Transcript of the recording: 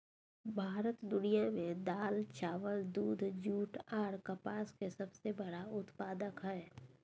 भारत दुनिया में दाल, चावल, दूध, जूट आर कपास के सबसे बड़ा उत्पादक हय